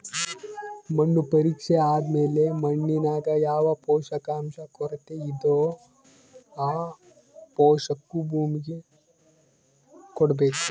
ಮಣ್ಣು ಪರೀಕ್ಷೆ ಆದ್ಮೇಲೆ ಮಣ್ಣಿನಾಗ ಯಾವ ಪೋಷಕಾಂಶ ಕೊರತೆಯಿದೋ ಆ ಪೋಷಾಕು ಭೂಮಿಗೆ ಕೊಡ್ಬೇಕು